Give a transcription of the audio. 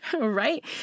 Right